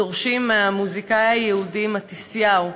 דורשים מהמוזיקאי היהודי מתיסיהו,